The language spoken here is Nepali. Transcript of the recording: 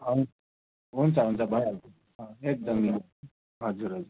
हुन्छ हुन्छ भइहाल्छ एकदमै हजुर हजुर